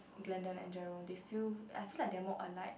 Glendon and Jerome they feel I feel like they are more alike